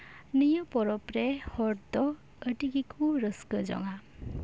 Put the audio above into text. ᱱᱚᱶᱟ ᱯᱚᱨᱚᱵᱽ ᱨᱮ ᱦᱚᱲ ᱫᱚ ᱟᱹᱰᱤ ᱜᱮᱠᱚ ᱨᱟᱹᱥᱠᱟᱹ ᱡᱚᱝᱼᱟ